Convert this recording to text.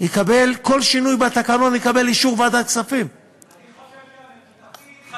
כל שינוי בתקנון יקבל אישור ועדת כספים אני חושב שהמבוטחים חייבים לך,